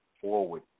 forward